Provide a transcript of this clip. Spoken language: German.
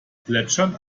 plätschern